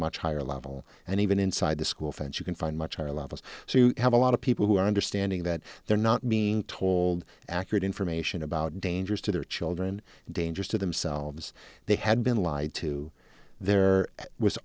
much higher level and even inside the school fence you can find much higher levels so you have a lot of people who are understanding that they're not being told accurate information about dangers to their children dangerous to themselves they had been lied to there was